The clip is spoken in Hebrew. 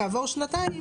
כעבור שנתיים,